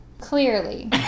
clearly